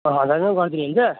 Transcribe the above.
अँ हजारमै गरिदिनुहुन्छ